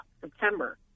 September